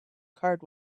card